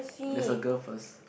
there's a girl first